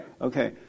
Okay